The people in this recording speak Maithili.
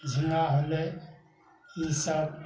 झिङ्गा होलै ई सभ